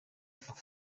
ako